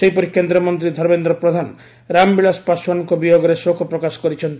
ସେହିପରି କେନ୍ଦ୍ରମନ୍ତ୍ରୀ ଧର୍ମେନ୍ଦ୍ର ପ୍ରଧାନ ରାମବିଳାସ ପାଶ୍ୱାନଙ୍କ ବିୟୋଗରେ ଶୋକ ପ୍ରକାଶ କରିଛନ୍ତି